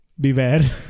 Beware